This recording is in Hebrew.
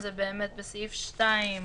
צהריים טובים.